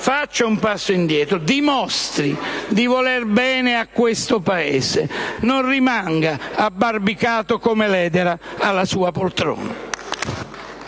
faccia un passo indietro, dimostri di voler bene a questo Paese, non rimanga abbarbicato come l'edera alla sua poltrona.